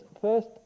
first